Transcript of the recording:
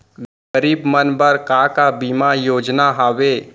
गरीब मन बर का का बीमा योजना हावे?